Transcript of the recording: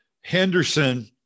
Henderson